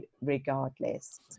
regardless